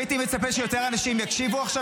הייתי מצפה שיותר אנשים יקשיבו עכשיו,